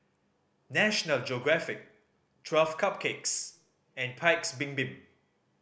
National Geographic Twelve Cupcakes and Paik's Bibim